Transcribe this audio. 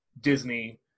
Disney